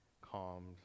calmed